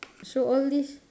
so all these